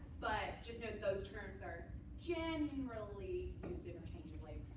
but just note those terms are generally used interchangeably.